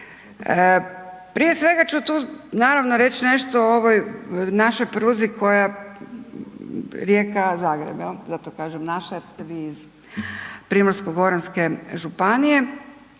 Prije svega ću tu naravno reći nešto o ovoj našoj pruzi koja, Rijeka-Zagreb, je li, zato kažem naša jer ste vi iz Primorsko-goranske županije